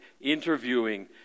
interviewing